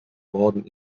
worden